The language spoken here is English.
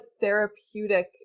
therapeutic